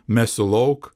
mesiu lauk